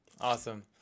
Awesome